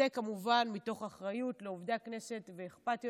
זה, כמובן, מתוך אחריות לעובדי הכנסת ואכפתיות.